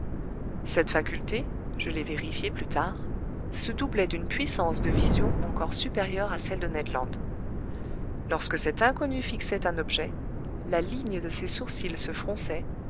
cette faculté je l'ai vérifié plus tard se doublait d'une puissance de vision encore supérieure à celle de ned land lorsque cet inconnu fixait un objet la ligne de ses sourcils se fronçait